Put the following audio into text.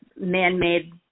man-made